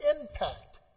impact